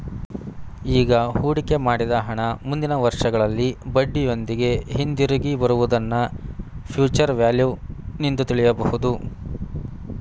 ಈಗ ಹೂಡಿಕೆ ಮಾಡಿದ ಹಣ ಮುಂದಿನ ವರ್ಷಗಳಲ್ಲಿ ಬಡ್ಡಿಯೊಂದಿಗೆ ಹಿಂದಿರುಗಿ ಬರುವುದನ್ನ ಫ್ಯೂಚರ್ ವ್ಯಾಲ್ಯೂ ನಿಂದು ತಿಳಿಯಬಹುದು